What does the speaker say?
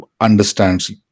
understands